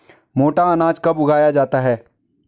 मोटा अनाज कब उगाया जाता है?